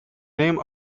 name